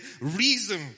reason